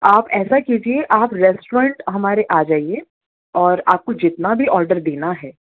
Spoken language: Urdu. آپ ایسا کیجیے آپ ریسٹورینٹ ہمارے آ جائیے اور آپ کو جتنا بھی آڈر دینا ہے